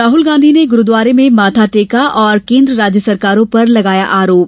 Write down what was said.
राहुल गांधी ने गुरुद्वारा में माथा टेका और केन्द्र राज्य सरकारों पर लगाया आरोप